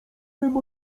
wiem